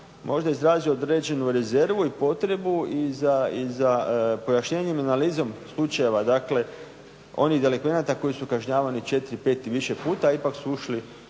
možda izrazio određenu rezervu i potrebu i za pojašnjenje analize slučajeva onih delikvenata koji su kažnjavani 4, 5 i više puta, a ipak su ušli